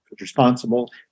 responsible